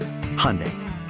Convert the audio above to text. Hyundai